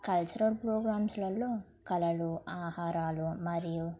cultural ప్రోగ్రామ్స్లల్లో కళలు ఆహారాలు మరియు